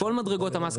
כל מדרגות המס,